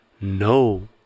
No